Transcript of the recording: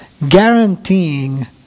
guaranteeing